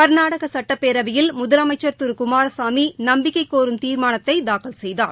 க்நாடகா சட்டப்பேரவையில் முதலமைச்சா் திரு குமாரசாமி நம்பிக்கைக் கோரும் தீாமானத்தை தாக்கல் செய்தார்